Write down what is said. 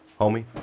homie